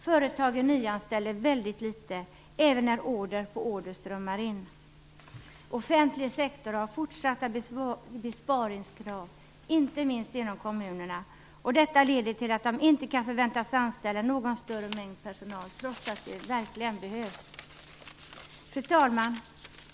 Företagen nyanställer väldigt litet även när order på order strömmar in. Offentlig sektor har fortsatt besparingskrav inte minst inom kommunerna. Detta leder till att de inte kan förväntas anställa någon större mängd personal, trots att det verkligen behövs. Fru talman!